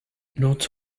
not